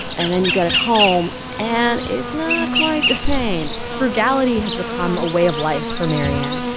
and then you get it home and it's not quite the same. frugality has become a way of life for maryann,